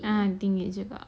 ah tinggi juga